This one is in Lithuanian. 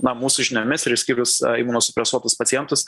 na mūsų žiniomis ir išskyrus a imunosupresuotus pacientus